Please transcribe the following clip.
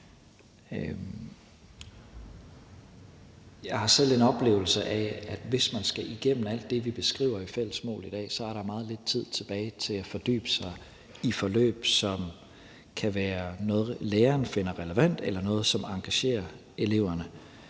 Jeg har selv en oplevelse af, at hvis man skal igennem alt det, vi beskriver i Fælles Mål i dag, så er der meget lidt tid tilbage til at fordybe sig i forløb, som kan være noget, læreren finder relevant, eller noget, som engagerer eleverne.